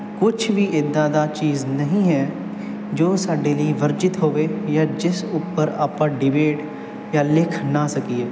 ਕੁਛ ਵੀ ਇੱਦਾਂ ਦਾ ਚੀਜ਼ ਨਹੀਂ ਹੈ ਜੋ ਸਾਡੇ ਲਈ ਵਰਜਿਤ ਹੋਵੇ ਜਾਂ ਜਿਸ ਉੱਪਰ ਆਪਾਂ ਡਿਬੇਟ ਜਾਂ ਲਿਖ ਨਾ ਸਕੀਏ